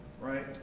right